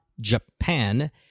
Japan